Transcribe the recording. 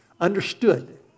understood